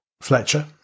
Fletcher